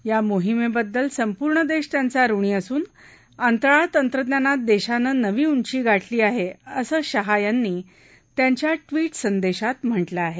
या मोहिमेबद्दल संपूर्ण देश त्यांचा ऋणी असून अंतराळ तंत्रज्ञानात देशानं नवी उंची गाठली आहे असं शाह यांनी त्यांच्या ट्विट संदेशात म्हटलं आहे